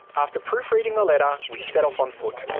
after proof reading the letter, we set off on foot.